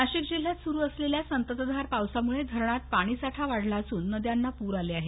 नाशिक नाशिक जिल्ह्यात सुरू असलेल्या संततधार पावसामुळे धरणात पाणी साठा वाढला असून नद्यांना पूर आले आहेत